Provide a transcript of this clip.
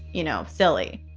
you know, silly